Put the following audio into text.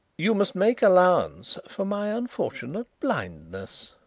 you must make allowance for my unfortunate blindness,